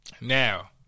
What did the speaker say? Now